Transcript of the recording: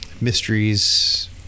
mysteries